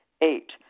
Eight